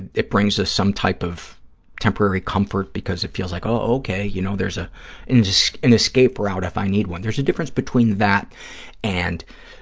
and it brings us some type of temporary comfort because it feels like, oh, okay, you know, there's ah and an escape route if i need one. there's a difference between that and,